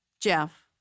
Jeff